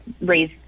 raise